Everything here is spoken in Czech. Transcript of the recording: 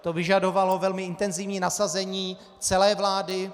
To vyžadovalo velmi intenzivní nasazení celé vlády.